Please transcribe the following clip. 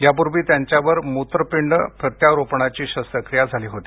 यापूर्वी त्यांच्यावर मूत्रपिंड प्रत्यारोपणाची शस्त्रक्रिया झाली होती